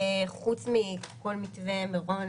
חוץ מכל מתווה מירון,